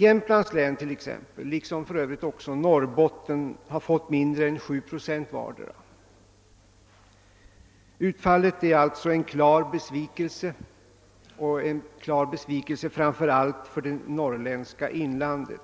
Jämtlands län t.ex., liksom för övrigt också Norrbottens län, har erhållit mindre än 7 procent vartdera. Utfallet är alltså en klar besvikelse framför allt för det norrländska inlandet.